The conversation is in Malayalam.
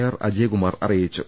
ആർ അജയ കുമാർ അറിയിച്ചു